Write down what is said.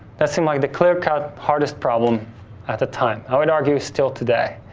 that seemed like the clear cut hardest problem at the time. i would argue is still today.